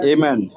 Amen